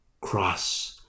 cross